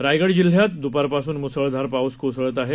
रायगड जिल्ह्यात द्पारपासून म्सळधार पाऊस कोसळत आहे